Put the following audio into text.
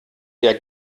der